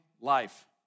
life